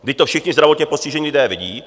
Vždyť to všichni zdravotně postižení lidé vidí.